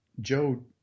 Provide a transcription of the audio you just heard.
Joe